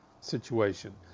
situation